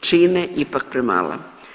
čine ipak premala.